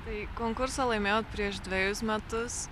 tai konkursą laimėjot prieš dvejus metus